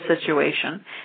situation